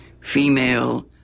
female